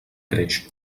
creix